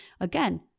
again